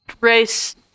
race